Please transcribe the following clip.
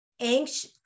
anxious